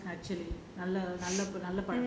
mm that's good actually